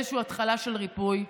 איזושהי התחלה של ריפוי.